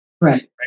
Right